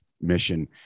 mission